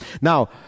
Now